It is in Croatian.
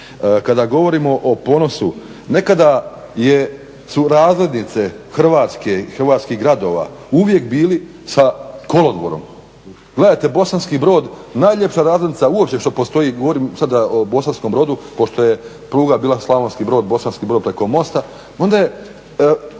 Kada govorimo o ponosu, nekada su razglednice Hrvatske, hrvatskih gradova uvijek bili sa kolodvorom, gledajte Bosanki Brod, najljepša razglednica uopće što postoji govorim sada o Bosanskom Brodu pošto je pruga bila Slavonski Brod-Bosanki Brod preko mosta onda je